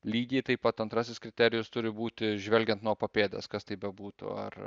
lygiai taip pat antrasis kriterijus turi būti žvelgiant nuo papėdės kas tai bebūtų ar